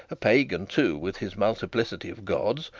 a pagan, too, with his multiplicity of gods,